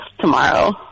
tomorrow